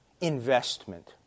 investment